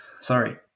Sorry